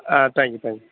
ah thank you thanks